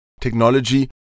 technology